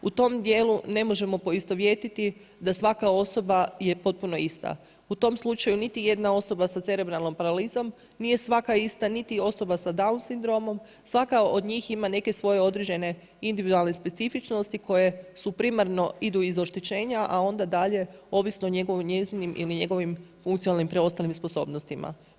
U tom dijelu ne možemo poistovjetiti da svaka osoba je potpuno ista, u tom slučaju niti jedna osoba sa cerebralnom paralizom nije svaka ista niti osoba sa Downov sindromom, svaka od njih ima neke svoje određene individualne specifičnosti koje su primarno idu iz oštećenja, a onda dalje ovisno o njezinim ili njegovim funkcionalnim preostalim sposobnostima.